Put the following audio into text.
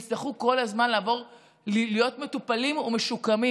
יצטרכו כל הזמן להיות מטופלים ומשוקמים,